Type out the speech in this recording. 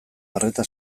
arreta